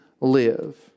live